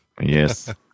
Yes